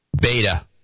Beta